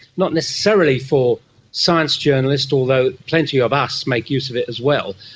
not necessarily for science journalists, although plenty of us make use of it as well.